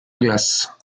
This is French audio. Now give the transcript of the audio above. glace